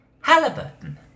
Halliburton